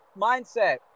mindset